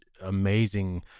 amazing